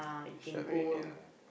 ah very near